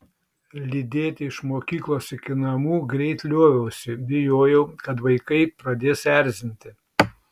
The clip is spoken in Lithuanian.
lydėti iš mokyklos iki namų greit lioviausi bijojau kad vaikai pradės erzinti